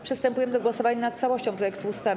Przystępujemy do głosowania nad całością projektu ustawy.